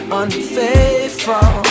unfaithful